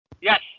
Yes